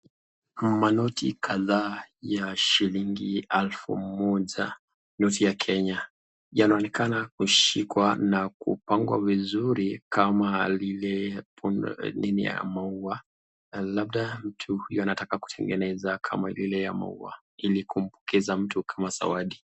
Manoti kadhaa ya shilingi elfu moja noti ya kenya yanaoneka kushikwa na kupangwa vizuri kama lile bunda la maua labda mtu huyu anataka kitengeneza kama lile ya maua hili kumpokeza mtu kama zawadi.